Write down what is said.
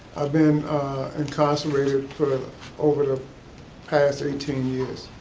i been incarcerated over the past eighteen years.